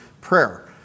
prayer